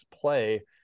play